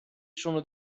sono